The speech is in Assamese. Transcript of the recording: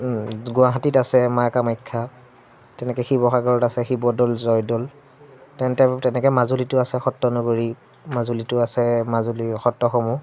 গুৱাহাটীত আছে মা কামাখ্যা তেনেকৈ শিৱসাগৰত আছে শিৱদৌল জয়দৌল তেন্তে তেনেকৈ মাজুলীটো আছে সত্ৰনগৰী মাজুলীটো আছে মাজুলীৰ সত্ৰসমূহ